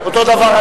אותו הדבר,